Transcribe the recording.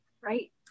right